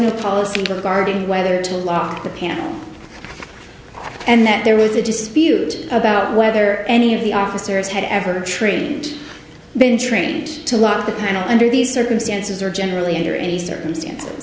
a policy regarding whether to lock the panel and that there is a dispute about whether any of the officers had ever trained been trained to a lot of the planet under these circumstances or generally under any circumstances